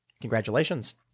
Congratulations